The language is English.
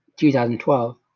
2012